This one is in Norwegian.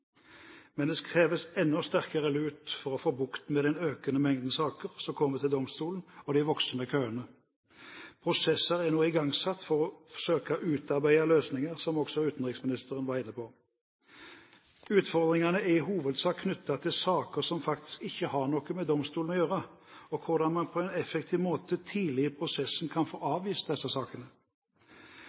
men det kreves enda sterkere lut for å få bukt med den økende mengden saker som kommer til domstolen og de voksende køene. Prosesser er nå igangsatt for å søke å utarbeide løsninger, som også utenriksministeren var inne på. Utfordringene er i hovedsak knyttet til saker som faktisk ikke har noe med domstolen å gjøre, og til hvordan man på en effektiv måte tidlig i prosessen kan få avvist disse sakene.